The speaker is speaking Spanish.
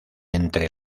entre